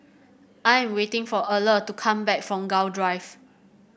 I am waiting for Erle to come back from Gul Drive